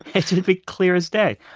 it should be clear as day.